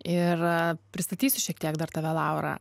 ir pristatysiu šiek tiek dar tave laurą